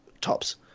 tops